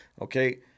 Okay